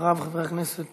ואחריו, חבר הכנסת